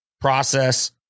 process